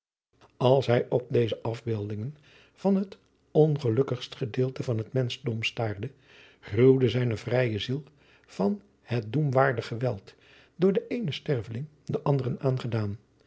als hij op deze afbeeldingen van het ongelukkigst gedeelte van het menschdom staarde gruwde zijne vrije ziel van het doemwaardig geweld door den eenen sterveling den anderen aangedaan